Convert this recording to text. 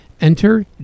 Enter